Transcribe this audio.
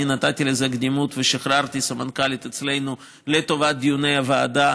אני נתתי לזה קדימות ושחררתי סמנכ"לית אצלנו לטובת דיוני הוועדה,